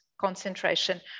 concentration